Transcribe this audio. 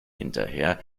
hinterher